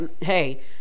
hey